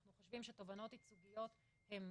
אנחנו חושבים שתובענות ייצוגיות הן